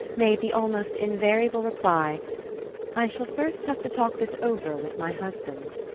made the almost invariable reply i shall first have to talk this over with my husband.